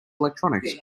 electronics